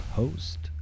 host